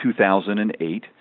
2008